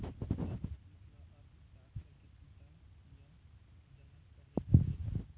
Adam Smith ल अर्थसास्त्र के पिता य जनक कहे जाथे